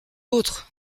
autres